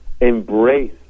embrace